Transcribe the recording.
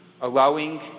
allowing